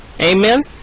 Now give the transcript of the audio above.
amen